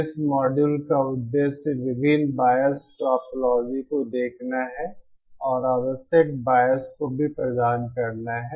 इस मॉड्यूल का उद्देश्य विभिन्न बायसड टोपोलॉजी को देखना है और आवश्यक बायस को भी प्रदान करना है